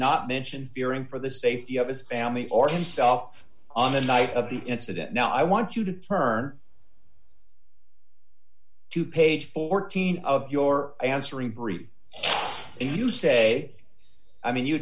not mention fearing for the safety of his family or himself on the night of the incident now i want to turn to page fourteen of your answering brief and you say i mean you